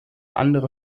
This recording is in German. andere